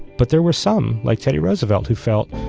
but there were some, like teddy roosevelt, who felt,